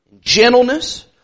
gentleness